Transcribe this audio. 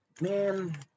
Man